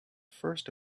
first